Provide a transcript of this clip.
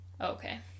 Okay